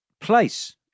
place